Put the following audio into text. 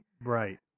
Right